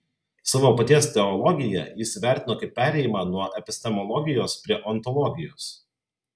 savo paties teologiją jis įvertino kaip perėjimą nuo epistemologijos prie ontologijos